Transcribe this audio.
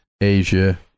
Asia